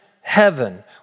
heaven